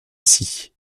ici